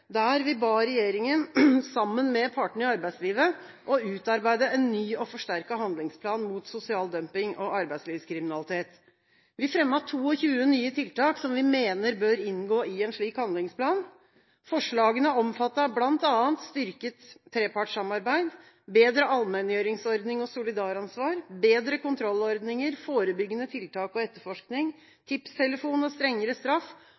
der vi ba regjeringa, sammen med partene i arbeidslivet, om å utarbeide en ny og forsterket handlingsplan mot sosial dumping og arbeidslivskriminalitet. Vi fremmet 22 nye tiltak som vi mener bør inngå i en slik handlingsplan. Forslagene omfattet bl.a. styrket trepartssamarbeid, bedre allmenngjøringsordning og solidaransvar, bedre kontrollordninger, forebyggende tiltak og etterforskning, tipstelefon og strengere straff